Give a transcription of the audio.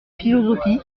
philosophie